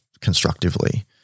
constructively